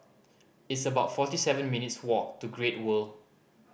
it's about forty seven minutes' walk to Great World